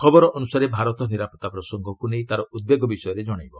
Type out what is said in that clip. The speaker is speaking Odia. ଖବର ଅନୁସାରେ ଭାରତ ନିରାପତ୍ତା ପ୍ରସଙ୍ଗକୁ ନେଇ ତା'ର ଉଦ୍ବେଗ ବିଷୟରେ ଜଣାଇବ